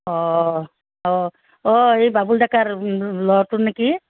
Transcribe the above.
অঁ অঁ অঁ এই বাবুল ডেকাৰ ল'ৰাটোৰ নেকি